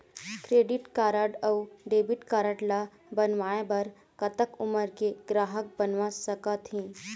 Credit card अऊ debit card ला बनवाए बर कतक उमर के ग्राहक बनवा सका थे?